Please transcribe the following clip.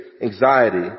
anxiety